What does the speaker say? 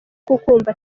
kukumva